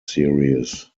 series